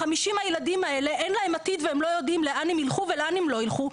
ל-50 הילדים האלה אין עתיד והם לא יודעים לאן הם ילכו ולאן הם לא ילכו,